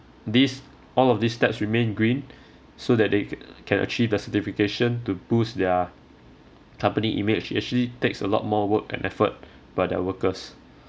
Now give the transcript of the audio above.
these all of these steps remain green so that they c~ can achieve the certification to boost their company image it actually takes a lot more work and effort by their workers